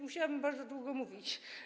Musiałabym bardzo długo mówić.